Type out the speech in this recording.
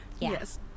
Yes